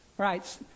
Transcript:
Right